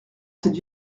cette